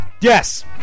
Yes